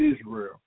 Israel